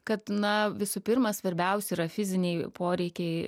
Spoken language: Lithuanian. kad na visų pirma svarbiausi yra fiziniai poreikiai